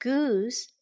Goose